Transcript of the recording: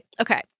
okay